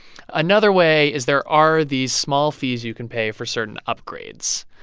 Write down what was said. another way is there are these small fees you can pay for certain upgrades.